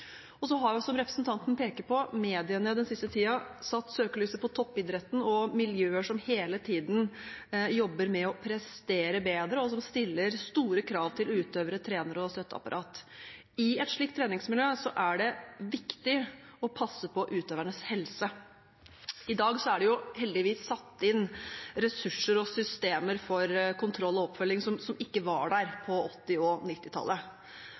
Så har, som representanten peker på, mediene den siste tiden satt søkelyset på toppidretten og miljøer som hele tiden jobber med å prestere bedre, og som stiller store krav til utøvere, trenere og støtteapparat. I et slikt treningsmiljø er det viktig å passe på utøvernes helse. I dag er det heldigvis satt inn ressurser og systemer for kontroll og oppfølging som ikke var der på 1980- og